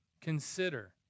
consider